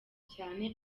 cyane